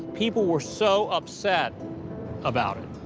people were so upset about it.